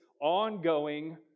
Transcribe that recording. ongoing